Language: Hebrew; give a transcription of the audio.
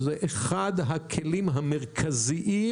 זה אחד הכלים המרכזיים